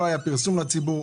לא היה פרסום לציבור,